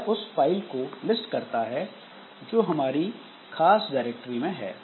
यह उस फाइल को लिस्ट करता है जो हमारी खास डायरेक्टरी में है